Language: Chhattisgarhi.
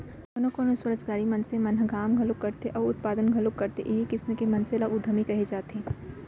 कोनो कोनो स्वरोजगारी मनसे मन ह काम घलोक करथे अउ उत्पादन घलोक करथे इहीं किसम के मनसे ल उद्यमी कहे जाथे